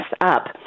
up